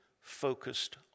focused